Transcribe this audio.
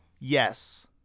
Yes